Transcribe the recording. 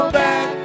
back